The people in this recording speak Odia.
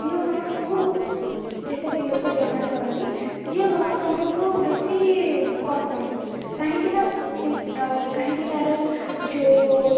ଜିଓ ସମସ୍ତଙ୍କୁ ଯେତେ ବି ଲୋକ ବ୍ୟବହାର କରନ୍ତି ଜିଓ ସମସ୍ତଙ୍କଠୁ ବେଶୀ ପସନ୍ଦ କାହିଁକି ନା ସେ ସେଇ କାହିଁକି ତା'ର ଯେଉଁ